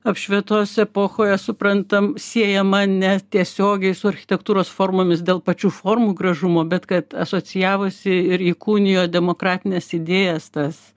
apšvietos epochoje suprantam siejama netiesiogiai su architektūros formomis dėl pačių formų gražumo bet kad asocijavosi ir įkūnijo demokratines idėjas tas